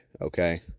Okay